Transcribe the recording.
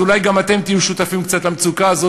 אז אולי גם אתם תהיו שותפים קצת למצוקה הזו